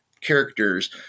characters